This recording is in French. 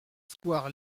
square